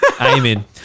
Amen